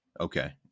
Okay